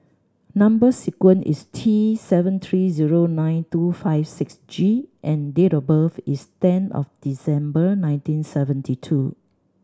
number sequence is T seven three zero nine two five six G and date of birth is ten of December nineteen seventy two